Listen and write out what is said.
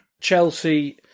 Chelsea